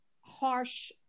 harsh